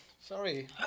Sorry